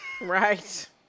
Right